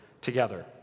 together